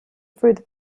through